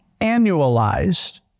annualized